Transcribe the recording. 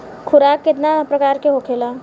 खुराक केतना प्रकार के होखेला?